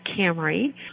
Camry